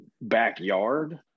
backyard